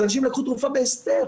אז אנשים לקחו תרופה בהסתר.